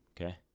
Okay